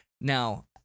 Now